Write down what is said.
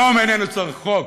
לאום אינו צריך חוק,